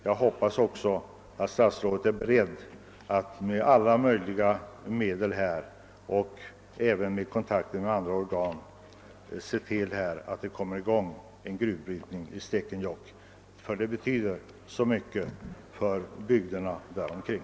Jag hoppas att statsrådet också är beredd att med alla möjliga medel — även genom kontakter med andra organ — se till att det kommer i gång en gruvbrytning i Stekenjokk; den betyder oerhört mycket för bygderna där omkring.